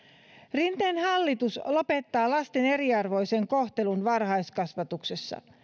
rinteen hallitus lopettaa lasten eriarvoisen kohtelun varhaiskasvatuksessa